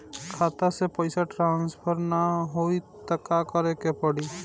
खाता से पैसा ट्रासर्फर न होई त का करे के पड़ी?